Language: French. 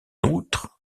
outre